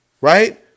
right